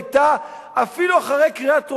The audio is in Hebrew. היתה אפילו אחרי קריאה טרומית,